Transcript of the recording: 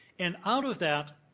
and out of that,